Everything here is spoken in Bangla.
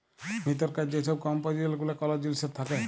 ভিতরকার যে ছব কম্পজিসল গুলা কল জিলিসের থ্যাকে